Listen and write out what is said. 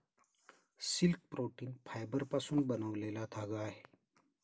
silk protein फायबरपासून बनलेला धागा आहे